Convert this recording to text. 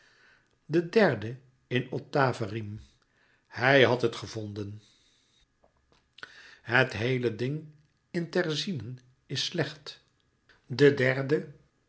de derde in ottave rime hij had het gevonden het heele ding in terzinen is slecht de derde